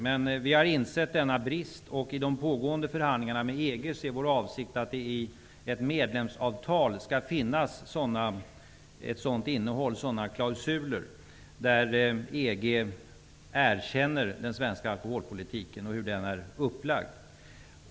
Men vi har insett denna brist, och i de pågående förhandlingarna med EG är vår avsikt att det i ett medlemsavtal skall finnas sådana klausuler, där EG erkänner den svenska alkoholpolitiken och hur den är upplagd.